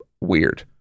weird